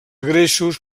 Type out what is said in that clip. greixos